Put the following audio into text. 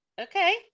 Okay